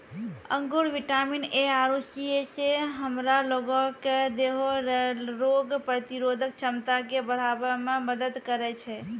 अंगूर vitamin A आरु C से हमरा लोगो के देहो के रोग प्रतिरोधक क्षमता के बढ़ाबै मे मदत करै छै